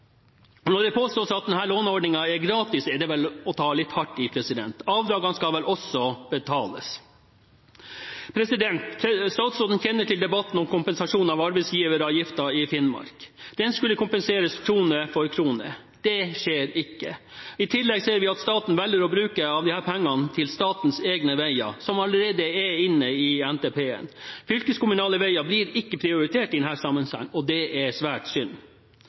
Når det påstås at denne låneordningen er gratis, er det vel å ta litt hardt i; avdragene skal vel også betales. Statsråden kjenner til debatten om kompensasjon for arbeidsgiveravgiften i Finnmark. Den skulle kompenseres krone for krone. Det skjer ikke. I tillegg ser vi at staten velger å bruke av disse pengene til statens egne veier, som allerede er inne i NTP-en. Fylkeskommunale veier blir ikke prioritert i denne sammenhengen, og det er svært synd.